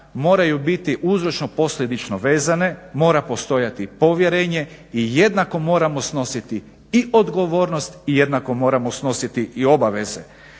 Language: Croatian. moraju biti uzročno-posljedično vezane, mora postojati povjerenje i jednako moramo snositi i odgovornost i jednako moramo snositi i obaveze.